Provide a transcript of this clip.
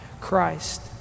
Christ